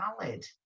valid